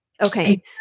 Okay